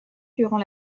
durant